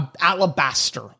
alabaster